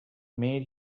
made